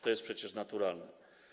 To jest przecież naturalne.